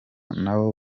n’abo